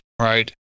right